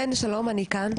כן, שלום, אני כאן.